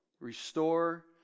Restore